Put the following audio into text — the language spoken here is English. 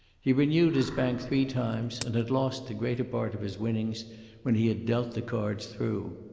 he renewed his bank three times, and had lost the greater part of his winnings when he had dealt the cards through.